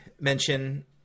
mention